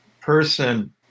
person